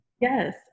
Yes